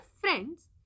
friends